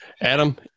Adam